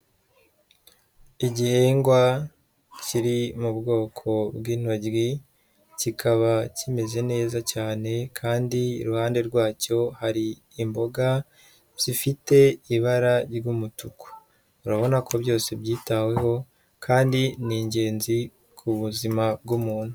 Igihingwa kiri mu bwoko bw'intoryi, kikaba kimeze neza cyane kandi iruhande rwacyo hari imboga, zifite ibara ry'umutuku urabona ko byose byitaweho kandi ni ingenzi ku buzima bw'umuntu.